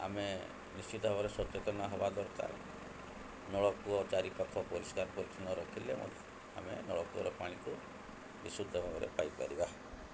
ଆମେ ନିଶ୍ଚିତ ଭାବରେ ସଚେତନ ହେବା ଦରକାର ନଳକୂଅ ଚାରି ପାଖ ପରିଷ୍କାର ପରିଚ୍ଛନ୍ନ ରଖିଲେ ମଧ୍ୟ ଆମେ ନଳକୂଅର ପାଣିକୁ ବିଶୁଦ୍ଧ ଭାବରେ ପାଇପାରିବା